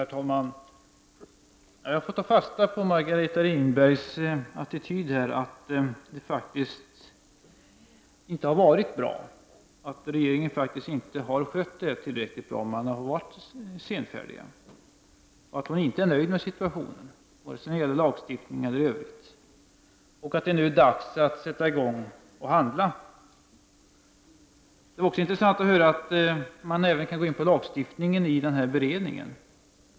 Herr talman! Jag får ta fasta på Margareta Winbergs attityd här, att det faktiskt inte har varit bra, att regeringen inte har skött detta tillräckligt bra, att man har varit senfärdig, att hon inte är nöjd med situationen vare sig när det gäller lagstiftning eller i övrigt och att det nu är dags att sätta i gång och handla. Det är också intressant att höra att beredningen även kan gå in på lagstiftningen.